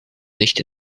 nicht